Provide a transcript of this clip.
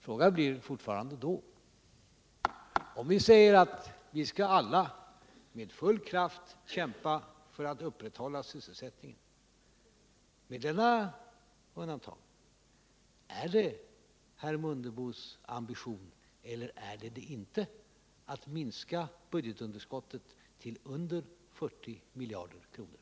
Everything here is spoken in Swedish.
Frågan kvarstår: När vi säger att vi alla med full kraft skall kämpa för att upprätthålla sysselsättningen, är det då herr Mundebos ambition eller inte att minska budgetunderskottet till under 40 miljarder kronor?